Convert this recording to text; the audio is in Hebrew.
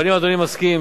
אבל אם אדוני מסכים,